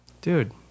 Dude